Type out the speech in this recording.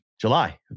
July